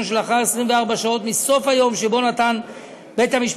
שלאחר 24 שעות מסוף היום שבו נתן בית-המשפט,